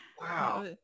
Wow